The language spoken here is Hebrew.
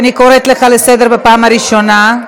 אני קוראת אותך לסדר בפעם הראשונה.